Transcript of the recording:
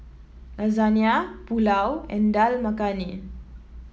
Lasagna Pulao and Dal Makhani